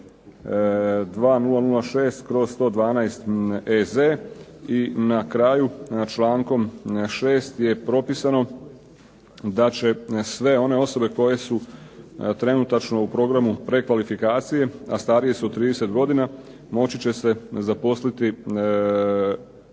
2006/112.EZ i na kraju na člankom 6. je propisano da će sve one osobe koje su trenutačno u programu prekvalifikacije a starije su od 30 godina moći će se zaposliti i